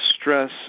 stress